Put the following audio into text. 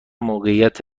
موقعیت